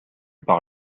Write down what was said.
par